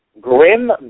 grim